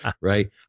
right